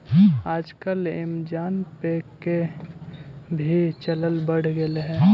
आजकल ऐमज़ान पे के भी चलन बढ़ गेले हइ